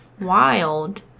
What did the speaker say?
Wild